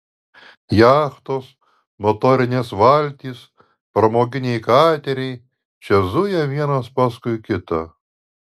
jachtos motorinės valtys pramoginiai kateriai čia zuja vienas paskui kitą